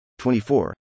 24